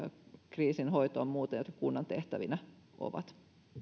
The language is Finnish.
kriisinhoitoon ja muihin jotka kunnan tehtävinä ovat